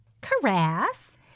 caress